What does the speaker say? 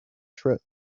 trip